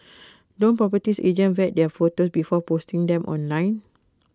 don't properties agent vet their photo before posting them online